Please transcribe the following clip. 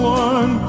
one